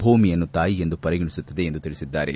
ಭೂಮಿಯನ್ನು ತಾಯಿಯೆಂದು ಪರಿಗಣಿಸುತ್ತದೆ ಎಂದು ತಿಳಿಸಿದ್ದಾರೆ